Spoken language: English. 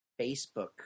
Facebook